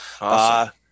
Awesome